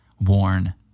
Worn